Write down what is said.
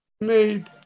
made